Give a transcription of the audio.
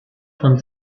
von